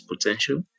potential